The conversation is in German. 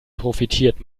profitiert